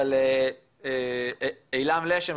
אבל עילם לשם,